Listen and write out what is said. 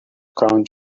crown